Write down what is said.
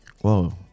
Whoa